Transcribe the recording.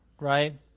right